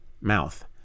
mouth